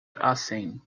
assim